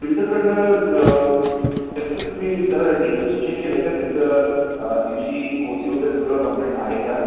बिल्डरकडून त्यांचं तुम्ही जरा डिटेल्स चेक केलं आहे का त्यांचं सी सी ओ सी वगैरे सगळं कम्प्लीट आहे का